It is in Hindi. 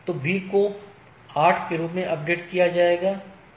तो B को 8 के रूप में अपडेट किया गया है